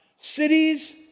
cities